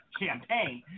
champagne